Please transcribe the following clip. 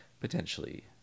potentially